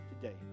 today